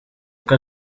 uko